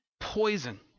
poison